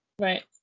Right